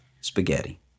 Spaghetti